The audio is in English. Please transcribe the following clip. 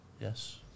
Yes